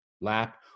lap